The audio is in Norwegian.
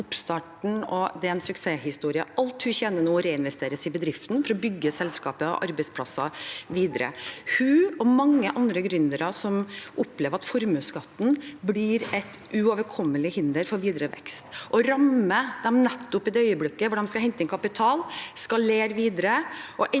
det er en suksesshistorie. Alt hun tjener nå, reinvesteres i bedriften for å bygge selskapet og arbeidsplasser videre. Hun og mange andre gründere opplever at formuesskatten blir et uoverkommelig hinder for videre vekst. Den rammer dem nettopp i det øyeblikket de skal hente inn kapital og skal leve videre, og de